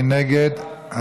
מי נגד?